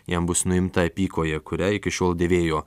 jam bus nuimta apykojė kurią iki šiol dėvėjo